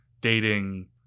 dating